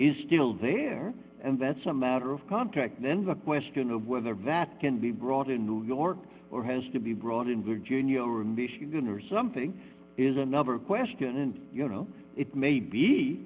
is still there and that's a matter of contract then the question of whether vat can be brought in new york or has to be brought in virginia or in michigan or something is another question and you know it may be